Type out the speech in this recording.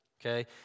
Okay